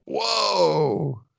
Whoa